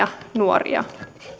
nuoria